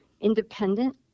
independent